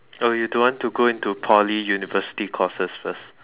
oh you don't want to go to Poly university courses first